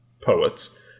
poets